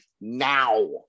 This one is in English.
now